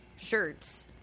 shirts